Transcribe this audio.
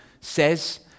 says